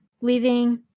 leaving